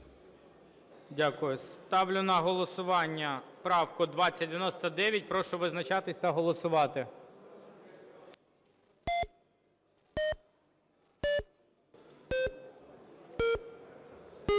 Дякую. Ставлю на голосування 2144. Прошу визначатись та голосувати.